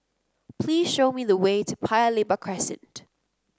please show me the way to Paya Lebar Crescent